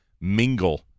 mingle